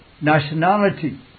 nationality